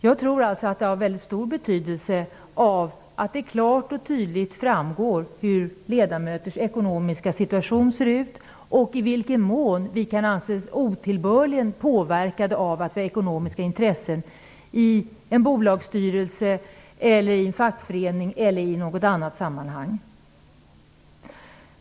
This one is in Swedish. Jag tror att det är av stor betydelse att det klart och tydligt framgår hur ledamöters ekonomiska situation ser ut och i vilken mån vi ledamöter kan anses vara otillbörligen påverkade av att vi har ekonomiska intressen i en bolagsstyrelse, fackförening eller i något annat sammanhang.